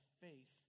faith